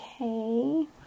Okay